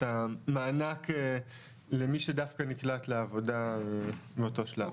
המענק למי שדווקא נקלט לעבודה מאותו שלב.